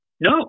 No